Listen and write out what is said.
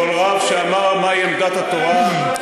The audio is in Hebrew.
כל רב שאמר מהי עמדת התורה,